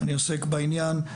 אני עוסק בעניין.